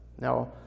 Now